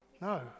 No